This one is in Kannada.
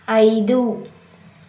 ಐದು